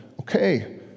okay